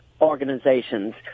organizations